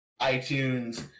iTunes